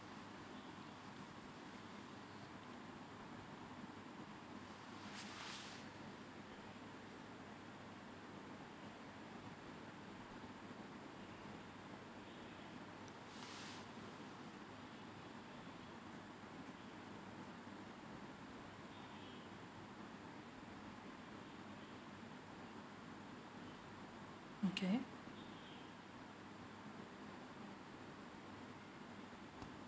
okay